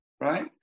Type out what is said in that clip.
Right